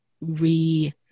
re